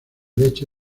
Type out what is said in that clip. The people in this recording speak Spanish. leche